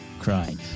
crying